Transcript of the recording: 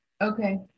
Okay